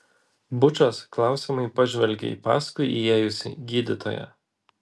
bučas klausiamai pažvelgė į paskui įėjusį gydytoją